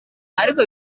ariko